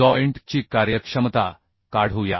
joint ची कार्यक्षमता काढू या